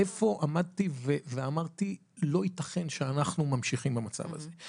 איפה עמדתי ואמרתי שלא ייתכן שאנחנו ממשיכים במצב הזה.